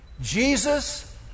Jesus